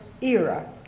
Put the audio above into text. era